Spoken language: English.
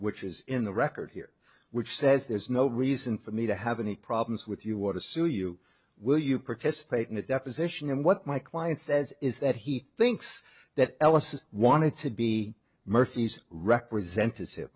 which is in the record here which says there's no reason for me to have any problems with you want to sue you will you participate in a deposition and what my client says is that he thinks that ellison wanted to be murphy's representative